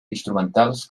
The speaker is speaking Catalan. instrumentals